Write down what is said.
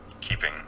Keeping